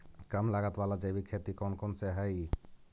कम लागत वाला जैविक खेती कौन कौन से हईय्य?